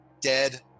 dead